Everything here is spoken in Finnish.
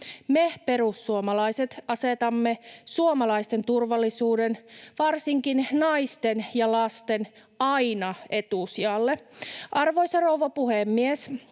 Me perussuomalaiset asetamme suomalaisten turvallisuuden, varsinkin naisten ja lasten, aina etusijalle. Arvoisa rouva puhemies!